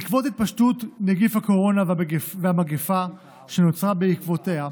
בעקבות התפשטות נגיף הקורונה והמגפה שנוצרה בעקבותיה,